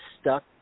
stuck